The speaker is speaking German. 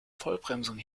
vollbremsung